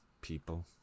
people